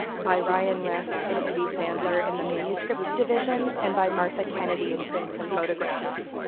by ryan reft and edith sandler in the manuscript division, and by martha kennedy in prints and photographs.